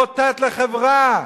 חוטא לחברה,